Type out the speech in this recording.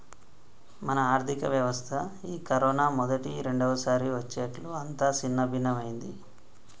మన ఆర్థిక వ్యవస్థ ఈ కరోనా మొదటి రెండవసారి వచ్చేట్లు అంతా సిన్నభిన్నమైంది